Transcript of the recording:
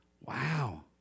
Wow